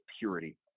purity